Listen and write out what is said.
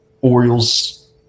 Orioles